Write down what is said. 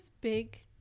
big